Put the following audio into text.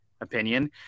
opinion